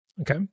Okay